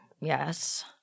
Yes